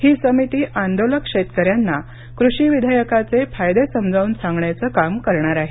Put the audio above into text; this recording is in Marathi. ही समिती आंदोलक शेतकऱ्यांना कृषी विधेयकाचे फायदे समजावून सांगण्याचं काम करणार आहे